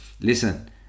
Listen